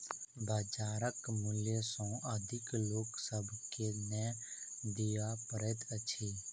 बजारक मूल्य सॅ अधिक लोक सभ के नै दिअ पड़ैत अछि